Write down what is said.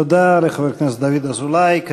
תודה לחבר הכנסת דוד אזולאי.